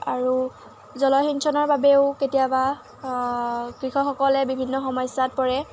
আৰু জলসিঞ্চনৰ বাবেও কেতিয়াবা কৃষকসকলে বিভিন্ন সমস্যাত পৰে